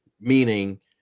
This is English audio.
meaning